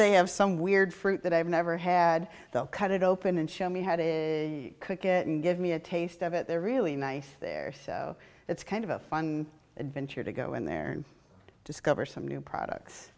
they have some weird fruit that i've never had they'll cut it open and show me how to cook it and give me a taste of it they're really nice there so it's kind of a fun adventure to go in there and discover some new products